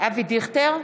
אבי דיכטר,